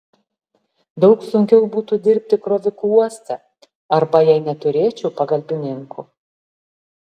daug sunkiau būtų dirbti kroviku uoste arba jei neturėčiau pagalbininkų